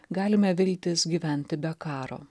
galime viltis gyventi be karo